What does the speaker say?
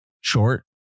short